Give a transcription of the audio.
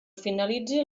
finalitzi